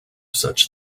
such